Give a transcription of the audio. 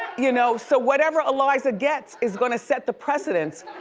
you know so whatever eliza gets is gonna set the precedence.